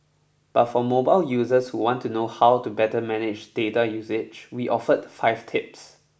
but for mobile users who want to know how to better manage data usage we offered five tips